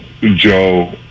Joe